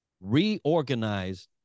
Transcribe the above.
Reorganize